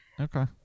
Okay